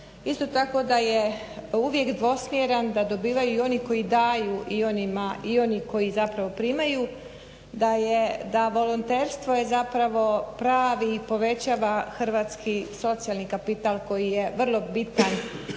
isto tako da je uvijek dvosmjeran, da dobivaju i oni koji daju i oni koji zapravo primaju, da volonterstvo je zapravo pravi i povećava hrvatski socijalni kapital koji je vrlo bitan